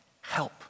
help